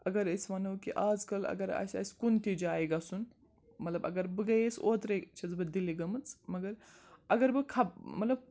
اگر أسۍ وَنو کہِ آز کَل اگر آسہِ آسہِ کُنہِ تہِ جایہِ گژھُن مطلب اگر بہٕ گٔیَس اوترے چھَس بہٕ دِلہِ گٔمٕژ مگر اگر بہٕ خب مطلب